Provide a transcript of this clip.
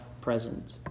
present